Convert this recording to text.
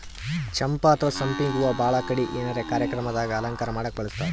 ಚಂಪಾ ಅಥವಾ ಸಂಪಿಗ್ ಹೂವಾ ಭಾಳ್ ಕಡಿ ಏನರೆ ಕಾರ್ಯಕ್ರಮ್ ದಾಗ್ ಅಲಂಕಾರ್ ಮಾಡಕ್ಕ್ ಬಳಸ್ತಾರ್